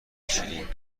چرینگ